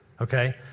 okay